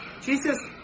Jesus